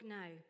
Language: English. now